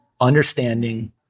understanding